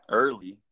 early